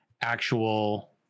actual